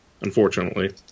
unfortunately